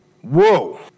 Whoa